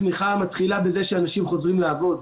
צמיחה מתחילה בזה שאנשים חוזרים לעבוד,